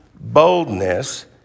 boldness